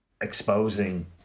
exposing